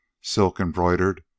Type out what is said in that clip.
silk-embroidered